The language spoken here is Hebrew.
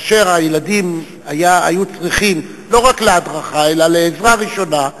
כאשר הילדים היו צריכים לא רק הדרכה אלא עזרה ראשונה,